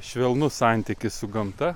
švelnus santykis su gamta